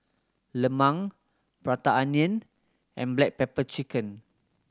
lemang Prata Onion and black pepper chicken